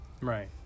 Right